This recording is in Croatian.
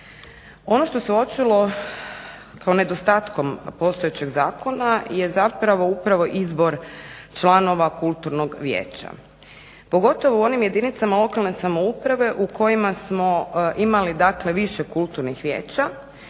Ono što se uočilo kao nedostatkom postojećeg zakona je zapravo upravo izbor članova kulturnog vijeća pogotovo u onim jedinicama lokalne samouprave u kojima smo imali, dakle više kulturnih vijeća